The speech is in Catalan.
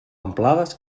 amplades